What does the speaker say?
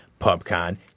PubCon